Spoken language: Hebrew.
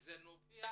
זה נובע